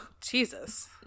Jesus